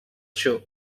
show